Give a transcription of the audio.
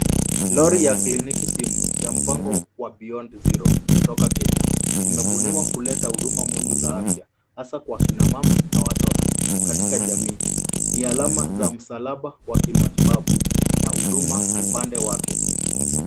Lori ya kliniki simu ya mpango wa beyond zero kutoka Kenya, imebuniwa kuleta huduma muhimu za afya hasa kwa kina mama na watoto katika jamii. Ni alama za msalaba wa kimatibabu na huduma upande wake.